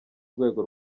rwego